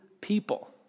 people